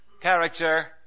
character